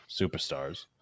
superstars